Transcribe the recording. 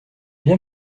bien